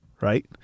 right